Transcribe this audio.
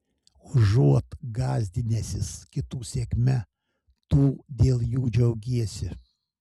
užuot gąsdinęsis kitų sėkme tu dėl jų džiaugiesi